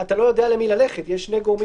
אתה לא יודע למי ללכת כי יש שני גורמים.